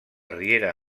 riera